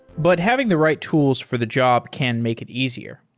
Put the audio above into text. but having the right tools for the job can make it easier.